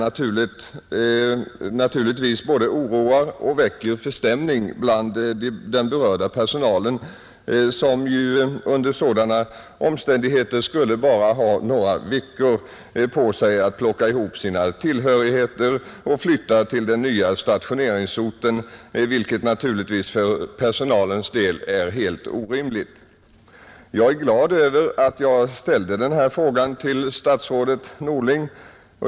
Ett sådan uttalande både oroar och väcker förstämning bland den berörda personalen, som ju under sådana omständigheter skulle ha bara några veckor på sig att plocka ihop sina tillhörigheter och flytta till den nya stationeringsorten, vilket naturligtvis för personalens del är helt orimligt. Jag är glad över att jag ställde den här frågan till statsrådet Norling.